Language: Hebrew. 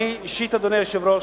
אני, אישית, אדוני היושב-ראש,